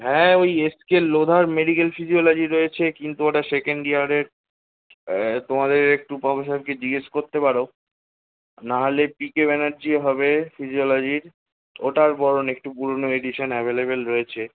হ্যাঁ ওই S K লোধার মেডিকেল ফিজিওলজি রয়েছে কিন্তু ওটা সেকেন্ড ইয়ারের তোমাদের একটু পাবলিশারকে জিজ্ঞেস করতে পারো নাহলে পি কে ব্যানার্জী হবে ফিজিওলজির ওটার বরং একটু পুরনো এডিশান অ্যাভেলেবেল রয়েছে